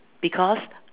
because